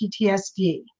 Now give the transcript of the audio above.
ptsd